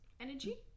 energy